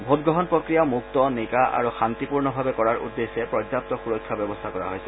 ভোটগ্ৰহণ প্ৰক্ৰিয়া মুক্ত নিকা আৰু শান্তিপূৰ্ণভাৱে কৰাৰ উদ্দেশ্যে পৰ্যাপ্ত সূৰক্ষা ব্যৱস্থা কৰা হৈছে